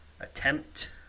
Attempt